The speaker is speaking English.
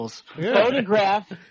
Photograph